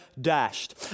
dashed